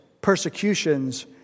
persecutions